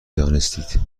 دانستید